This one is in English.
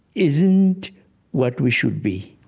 isn't what we should be,